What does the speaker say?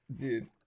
Dude